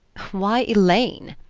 why elaine?